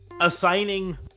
assigning